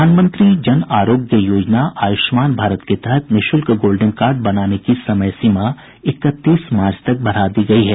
प्रधानमंत्री जन आरोग्य योजना आयुष्मान भारत के तहत निःशुल्क गोल्डेन कार्ड बनाने की समय सीमा इकतीस मार्च तक बढ़ा दी गयी है